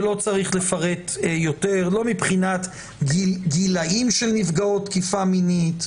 ולא צריך לפרט יותר לא מבחינת גילים של נפגעות תקיפה מינית,